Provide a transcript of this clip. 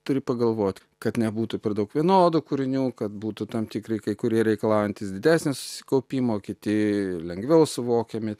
turi pagalvot kad nebūtų per daug vienodų kūrinių kad būtų tam tikri kai kurie reikalaujantys didesnio susikaupimo kiti lengviau suvokiami